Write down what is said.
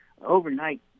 overnight